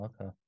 okay